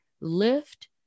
lift